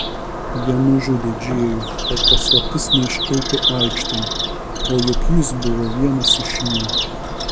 jie nužudė džėjų kad paslaptis neiškiltų aikštėn o juk jis buvo vienas iš jų